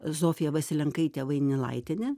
zofija vasilenkaitė vainilaitienė